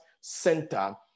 center